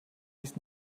ließ